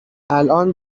الآن